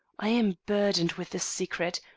i am burdened with a secret.